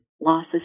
losses